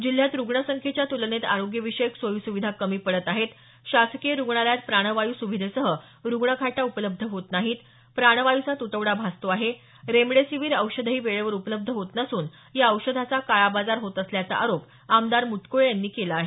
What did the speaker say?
जिल्ह्यात रुग्ण संख्येच्या तुलनेत आरोग्य विषयक सोयी सुविधा कमी पडत आहेत शासकीय रुग्णालयात प्राणवायू सुविधेसह रुग्णखाटा उपलब्ध होत नाहीत प्राणवायूचा तुटवडा भासतो आहे रेमडेसिवीर औषधही वेळेवर उपलब्ध होत नसून या औषधाचा काळाबाजार होत असल्याचा आरोप आमदार मुटकुळे यांनी केला आहे